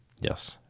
yes